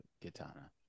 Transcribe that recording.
katana